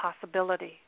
possibility